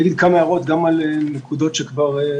אומר גם כמה הערות על נקודות שנקראו